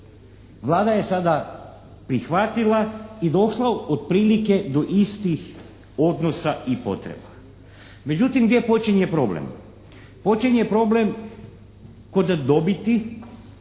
Vlada je sada prihvatila i došla otprilike do istih odnosa i potreba. Međutim gdje počinje problem? Počinje problem kod dobiti,